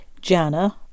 Jana